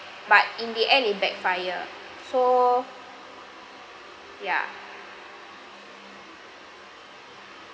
but in the end it backfire so ya